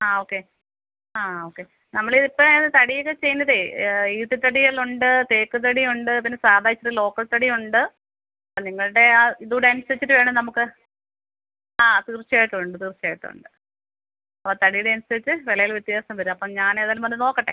ആ ഓക്കെ ആ ഓക്കെ നമ്മള് ഇപ്പം തടിയിൽ ചെയ്യുന്നതെ ഈട്ട്ത്തടികളുണ്ട് തേക്ക് തടി ഉണ്ട് പിന്നെ സാധാ ഇച്ചിരി ലോക്കൽ തടിയുണ്ട് അപ്പം നിങ്ങളുടെ ആ ഇതൂടെ അനുസരിച്ചിട്ട് വേണം നമുക്ക് ആ തീർച്ഛയായിട്ടുണ്ട് തീർച്ഛയായിട്ടുണ്ട് ഓ തടിയുടെ അനുസരിച്ച് വിലയിൽ വ്യത്യാസം വരും അപ്പം ഞാനേതായാലും വന്ന് നോക്കട്ടെ